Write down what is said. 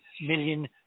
million